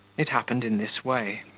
it happened in this way.